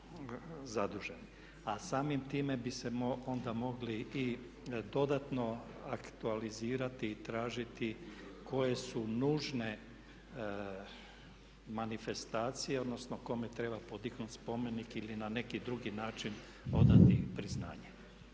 A samim time bi se onda mogli i dodatno aktualizirati i tražiti koje su nužne manifestacije, odnosno kome treba podignuti spomenik ili na neki drugi način odati priznanje.